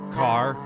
car